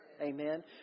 Amen